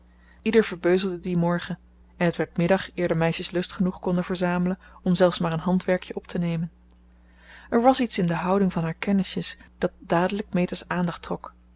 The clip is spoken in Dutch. ieder verbeuzelde dien morgen en het werd middag eer de meisjes lust genoeg konden verzamelen om zelfs maar een handwerkje op te nemen er was iets in de houding van haar kennisjes dat dadelijk meta's aandacht trok